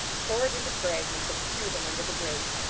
tore it into fragments, and threw them under the grate.